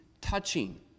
touching